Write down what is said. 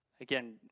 Again